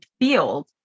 field